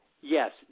yes